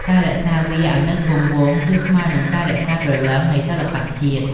ការរក្សាវានៅគង់វង្ស គឺស្មើនឹងការរក្សាព្រលឹងនៃសិល្បៈជាតិ។